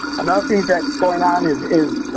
another thing that's going on is is